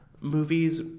movies